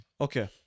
Okay